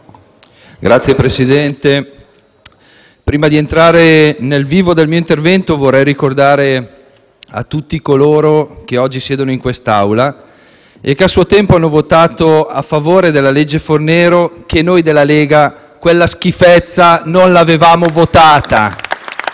Signor Presidente, prima di entrare nel vivo del mio intervento vorrei ricordare a tutti coloro che oggi siedono in quest'Aula e che a suo tempo hanno votato a favore della legge Fornero che noi della Lega quella schifezza non l'avevamo votata.